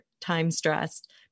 time-stressed